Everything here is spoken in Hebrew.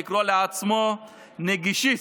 אהב לקרוא לעצמו "נגישיסט".